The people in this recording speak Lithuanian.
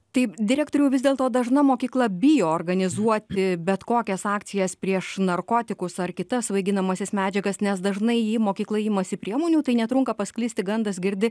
taip direktoriau vis dėlto dažna mokykla bijo organizuoti bet kokias akcijas prieš narkotikus ar kitas svaiginamąsias medžiagas nes dažnai jei mokykla imasi priemonių tai netrunka pasklisti gandas girdi